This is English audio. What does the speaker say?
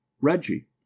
reggie